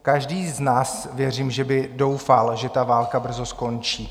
Každý z nás věřím, že by doufal, že ta válka brzo skončí.